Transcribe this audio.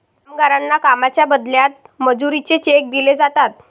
कामगारांना कामाच्या बदल्यात मजुरीचे चेक दिले जातात